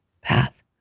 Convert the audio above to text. path